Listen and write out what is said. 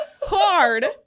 hard